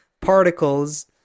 particles